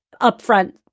upfront